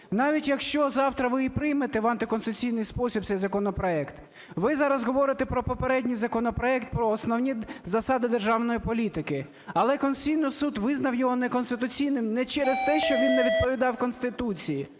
навіть якщо завтра ви і приймете в антиконституційний спосіб цей законопроект. Ви зараз говорите про попередній законопроект, про основні засади державної політики. Але Конституційний Суд визнав його неконституційним не через те, що він не відповідав Конституції,